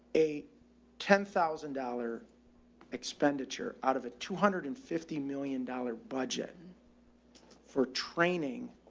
a ten thousand dollars expenditure out of a two hundred and fifty million dollars budget for training